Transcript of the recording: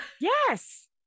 Yes